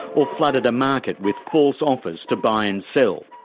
or flooded a market with false offers to buy and sell.